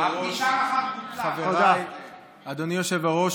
אדוני היושב-ראש,